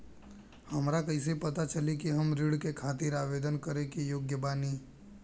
हमरा कइसे पता चली कि हम ऋण के खातिर आवेदन करे के योग्य बानी?